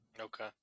Okay